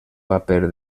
paper